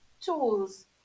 tools